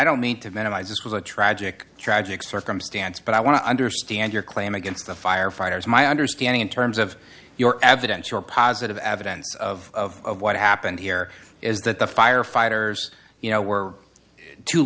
don't mean to minimize this was a tragic tragic circumstance but i want to understand your claim against the firefighters my understanding in terms of your evidence your positive evidence of what happened here is that the firefighters you know were t